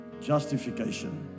Justification